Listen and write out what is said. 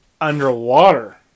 Underwater